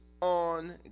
on